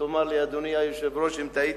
תאמר לי, אדוני היושב-ראש, אם טעיתי,